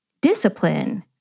discipline